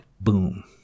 boom